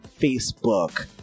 Facebook